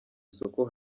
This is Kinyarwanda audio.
isoko